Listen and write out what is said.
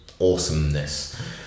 awesomeness